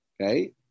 Okay